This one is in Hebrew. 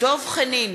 דב חנין,